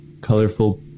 colorful